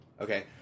Okay